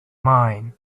mine